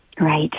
Right